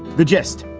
the gist.